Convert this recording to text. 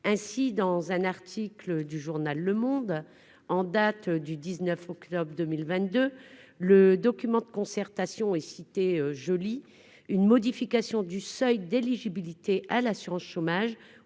ainsi dans un article du journal Le Monde en date du 19 octobre 2022, le document de concertation et cité joli une modification du seuil d'éligibilité à l'assurance chômage